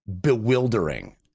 bewildering